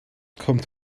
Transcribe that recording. kommt